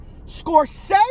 Scorsese